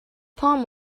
palm